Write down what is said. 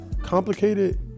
complicated